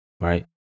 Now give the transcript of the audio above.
right